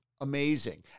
Amazing